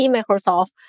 Microsoft